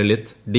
Lalit D